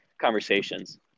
conversations